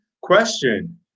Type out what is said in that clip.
Question